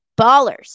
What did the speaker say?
ballers